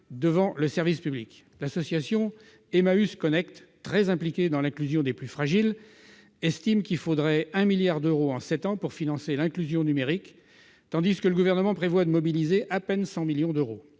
devant le service public. L'association Emmaüs Connect, très impliquée dans l'inclusion des plus fragiles, estime qu'il faudrait un milliard d'euros, sur sept ans, pour financer l'inclusion numérique, tandis que le Gouvernement prévoit de mobiliser à peine 100 millions d'euros.